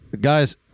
guys